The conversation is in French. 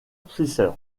pfister